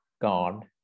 God